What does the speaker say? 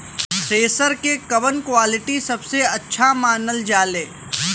Thresher के कवन quality सबसे अच्छा मानल जाले?